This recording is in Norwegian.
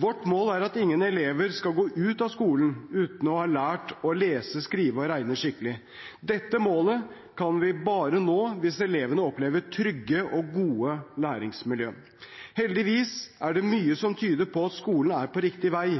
Vårt mål er at ingen elever skal gå ut av skolen uten å ha lært å lese, skrive og regne skikkelig. Dette målet kan vi bare nå hvis elevene opplever trygge og gode læringsmiljøer. Det er heldigvis mye som tyder på at skolen er på riktig vei.